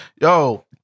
yo